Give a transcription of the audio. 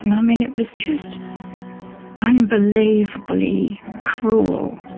and i mean, it was just unbelievably cruel.